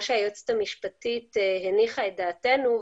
מה שהיועצת המשפטית הניחה את דעתנו,